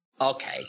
Okay